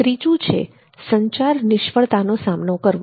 ત્રીજું છે સંચાર નિષ્ફળતાનો સામનો કરવો